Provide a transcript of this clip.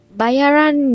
bayaran